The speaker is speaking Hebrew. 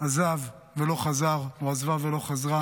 עזב ולא חזר או עזבה ולא חזרה.